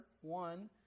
one